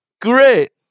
Great